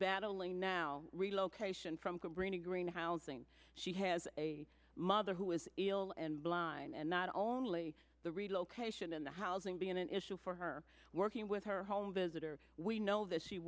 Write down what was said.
battling now relocation from cabrini green housing she has a mother who is ill and blind and not only the relocation and the housing being an issue for her working with her home visitor we know that she